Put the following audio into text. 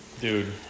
Dude